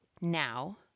now